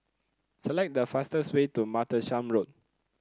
select the fastest way to Martlesham Road